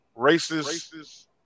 racist